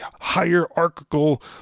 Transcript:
hierarchical